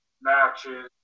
matches